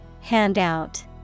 Handout